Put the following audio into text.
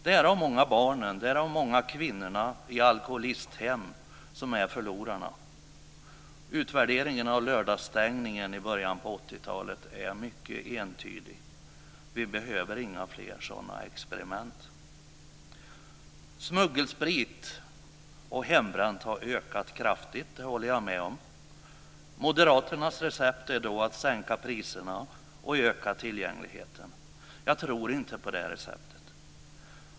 Det är de många barnen och kvinnorna i alkoholisthemmen som är förlorarna. Utvärderingen av lördagsstängningen i början av 80-talet är mycket entydig. Vi behöver inga fler sådana experiment. Mängden smuggelsprit och hembränt har ökat kraftigt. Moderaternas recept är att sänka priserna och öka tillgängligheten. Jag tror inte på det receptet.